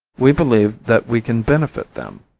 we believe that we can benefit them,